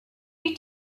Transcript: you